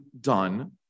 done